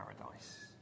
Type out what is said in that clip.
paradise